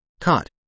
Cot